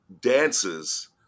dances